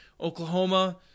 Oklahoma